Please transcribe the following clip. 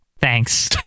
Thanks